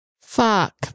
Fuck